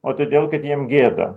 o todėl kad jiem gėda